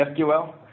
SQL